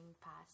past